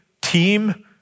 team